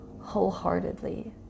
wholeheartedly